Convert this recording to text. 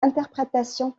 interprétations